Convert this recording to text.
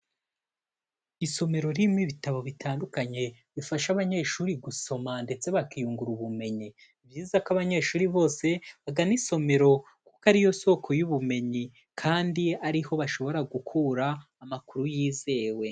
Isomero ririmo ibitabo bitandukanye bifasha abanyeshuri gusoma ndetse bakiyungura ubumenyi, ni byiza ko abanyeshuri bose bagana isomero kuko ariyo soko y'ubumenyi kandi ariho bashobora gukura amakuru yizewe.